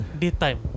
daytime